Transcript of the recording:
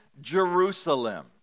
Jerusalem